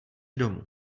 domů